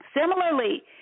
Similarly